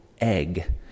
egg